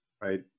right